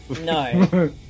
no